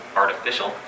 artificial